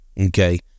okay